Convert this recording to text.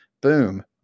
boom